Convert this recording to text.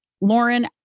Lauren